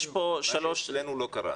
רק אצלנו לא קרה.